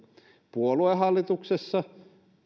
puoluehallituksessa